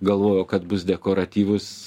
galvojo kad bus dekoratyvus